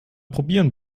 probieren